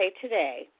Today